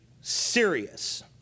serious